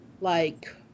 like-